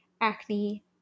acne